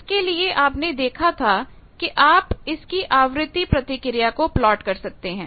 इसके लिए आपने देखा था कि आप इसकी आवृत्ति प्रतिक्रिया को प्लॉट कर सकते हैं